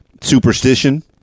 Superstition